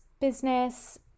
business